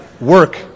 work